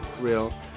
real